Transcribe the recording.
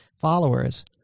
followers